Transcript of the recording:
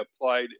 applied